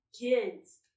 kids